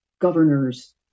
Governors